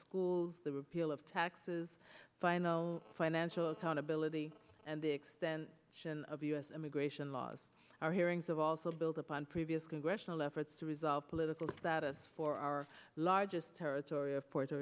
schools the repeal of taxes final financial accountability and the extent of u s immigration laws are hearings of also build upon previous congressional efforts to resolve political status for our largest territory of puerto